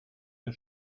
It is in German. der